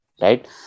right